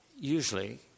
usually